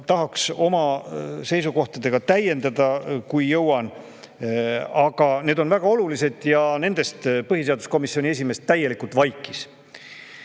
tahaks oma seisukohtadega täiendada, kui jõuan. Aga need on väga olulised ja nendest põhiseaduskomisjoni esimees täielikult vaikis.